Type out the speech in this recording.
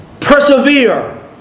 Persevere